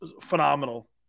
phenomenal